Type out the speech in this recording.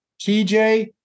TJ